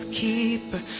keeper